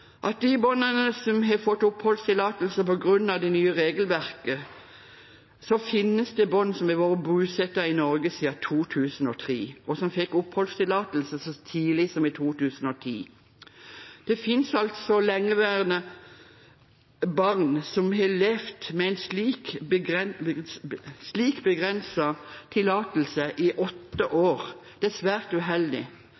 de barna som har fått oppholdstillatelse på grunn av det nye regelverket, finnes det barn som har vært bosatt i Norge siden 2003, og som fikk oppholdstillatelse så tidlig som i 2010. Det finnes altså lengeværende barn som har levd med en slik begrenset tillatelse i åtte